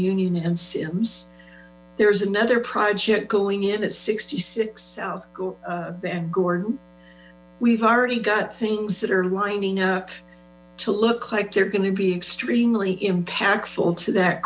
and sims there is another project going in at sixty six s and gordon we've already got things that are lining up to look like they're going to be extremely impactful to that